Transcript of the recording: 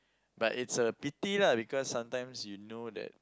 but it's a pity lah because sometimes you know that